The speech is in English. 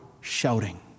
shouting